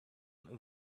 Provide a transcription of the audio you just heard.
into